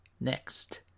Next